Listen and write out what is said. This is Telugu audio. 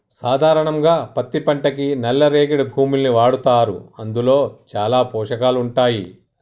సాధారణంగా పత్తి పంటకి నల్ల రేగడి భూముల్ని వాడతారు అందులో చాలా పోషకాలు ఉంటాయి